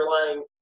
underlying